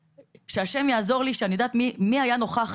שהשם יעזור לי שאני יודעת מי היה נוכח,